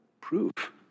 proof